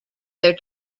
their